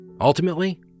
Ultimately